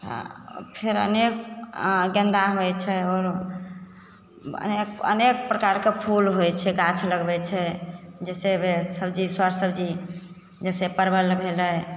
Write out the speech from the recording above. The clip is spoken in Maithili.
हाँ फेर अनेक गेन्दा होइत छै आओर अनेक अनेक प्रकारके फूल होइत छै गाछ लगबैत छै जैसे भेल सबजी स्वच्छ सबजी जैसे परबल भेलै